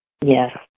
Yes